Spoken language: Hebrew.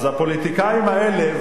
אז הפוליטיקאים האלה,